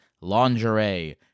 lingerie